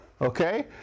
Okay